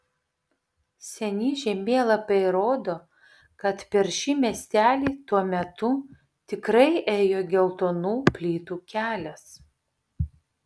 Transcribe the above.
seni žemėlapiai rodo kad per šį miestelį tuo metu tikrai ėjo geltonų plytų kelias